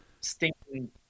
stinking